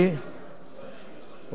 ובכלל.